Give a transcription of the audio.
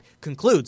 concludes